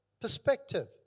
perspective